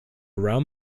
round